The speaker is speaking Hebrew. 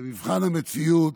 במבחן המציאות,